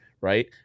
right